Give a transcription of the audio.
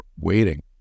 waiting